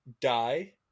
die